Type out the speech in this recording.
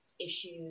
issues